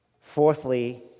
Fourthly